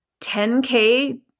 10k